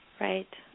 Right